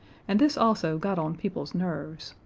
and this also got on people's nerves.